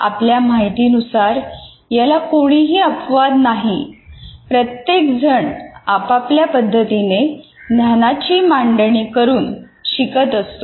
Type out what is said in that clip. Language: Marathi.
आपल्या माहितीनुसार प्रत्येक जण आपापल्या पद्धतीने ज्ञानाची मांडणी करून शिकत असतो